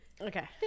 Okay